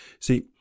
See